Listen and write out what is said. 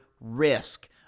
risk